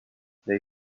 they